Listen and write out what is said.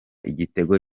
igitego